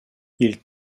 ils